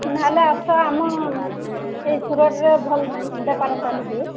ନ ହେଲେ ଆସ ଆମ ଏଇ ସୁରାଟରେ ଭଲ ବେପାର ଚାଲିଛି